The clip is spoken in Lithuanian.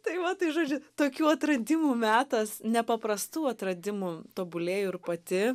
tai va tai žodžiu tokių atradimų metas nepaprastų atradimų tobulėju ir pati